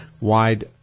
wide